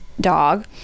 dog